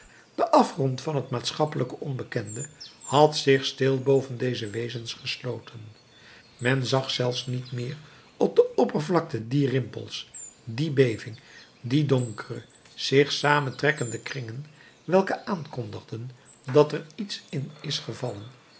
de afgrond van het maatschappelijke onbekende had zich stil boven deze wezens gesloten men zag zelfs niet meer op de oppervlakte die rimpels die beving die donkere zich samentrekkende kringen welke aankondigen dat er iets in is gevallen